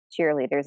cheerleaders